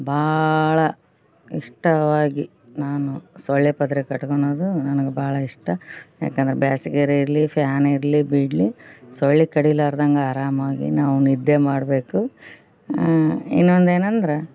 ಭಾಳ ಇಷ್ಟವಾಗಿ ನಾನು ಸೊಳ್ಳೆ ಪದ್ರ ಕಟ್ಕೊಳ್ಳೋದು ನನಗೆ ಭಾಳ ಇಷ್ಟ ಯಾಕೆಂದ್ರೆ ಬ್ಯಾಸ್ಗಿರ ಇರಲಿ ಫ್ಯಾನ್ ಇರಲಿ ಬಿಡಲಿ ಸೊಳ್ಳೆ ಕಡೀಲಾರ್ದಂಗೆ ಆರಾಮಾಗಿ ನಾವು ನಿದ್ದೆ ಮಾಡಬೇಕು ಇನ್ನೊಂದೇನೆಂದ್ರೆ